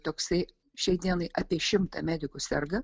toksai šiai dienai apie šimtą medikų serga